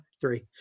three